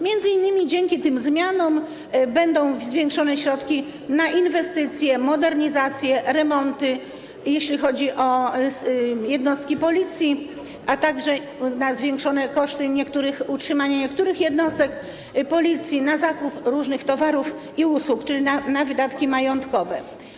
M.in. dzięki tym zmianom będą zwiększone środki na inwestycje, modernizacje, remonty, jeśli chodzi o jednostki Policji, a także na zwiększone koszty utrzymania niektórych jednostek Policji, na zakup różnych towarów i usług, czyli na wydatki majątkowe.